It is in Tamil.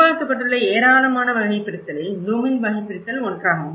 உருவாக்கப்பட்டுள்ள ஏராளமான வகைபிரித்தலில் ப்ளூமின் வகைபிரித்தல் ஒன்றாகும்